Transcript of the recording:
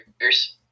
years